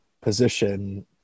position